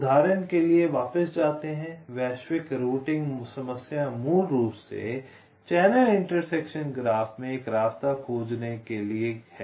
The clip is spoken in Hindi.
उदाहरण के लिए वापिस जाते हैं वैश्विक रूटिंग समस्या मूल रूप से चैनल इंटरसेक्शन ग्राफ में एक रास्ता खोजने के लिए है